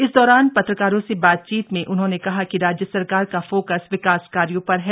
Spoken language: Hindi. इस दौरान पत्रकारों से बातीचत में उन्होने कहा कि राज्य सरकार का फोकस विकास कार्यों पर है